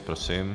Prosím.